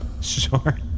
Sure